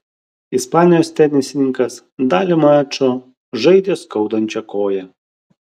ispanijos tenisininkas dalį mačo žaidė skaudančia koja